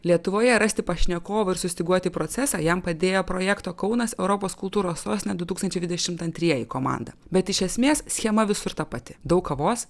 lietuvoje rasti pašnekovų ir sustyguoti procesą jam padėjo projekto kaunas europos kultūros sostinė du tūkstančiai dvidešimt antrieji komanda bet iš esmės schema visur ta pati daug kavos